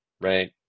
right